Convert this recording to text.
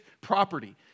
property